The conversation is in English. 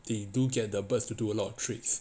they do get the birds to do a lot of tricks